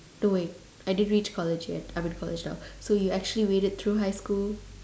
no wait I didn't reach college yet I'm in college now so you actually made it through high school